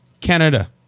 Canada